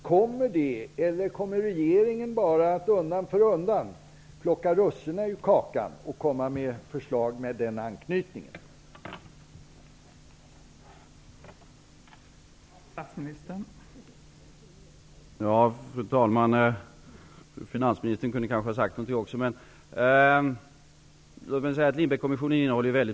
Blir det en samlad uppföljning eller kommer regeringen bara att undan för undan plocka russinen ur kakan och lägga fram förslag med anknytning till Lindbeckkommissionen?